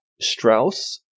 Strauss